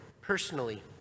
personally